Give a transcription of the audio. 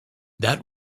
that